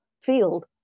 field